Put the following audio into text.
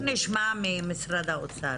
תיכף נשמע ממשרד האוצר.